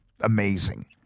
Amazing